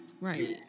Right